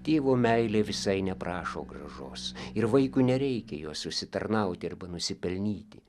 tėvo meilė visai neprašo grąžos ir vaikui nereikia jos užsitarnauti arba nusipelnyti